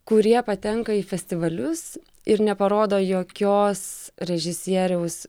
kurie patenka į festivalius ir neparodo jokios režisieriaus